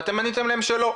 ואתם עניתם להם שלא.